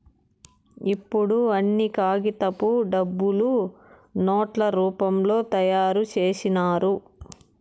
ఇప్పుడు అన్ని కాగితపు డబ్బులు నోట్ల రూపంలో తయారు చేసినారు